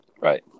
Right